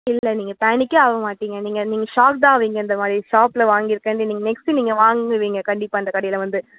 இல்லை நீங்கள் பானிக்கே ஆக மாட்டீங்க நீங்கள் நீங்கள் ஷாக் தான் ஆவிங்க இந்த மாதிரி ஷாப்பில் வாங்கியிருக்கேன் நீங்கள் நெக்ஸ்ட் நீங்கள் வாங்குவீங்க கண்டிப்பாக இந்த கடையில் வந்து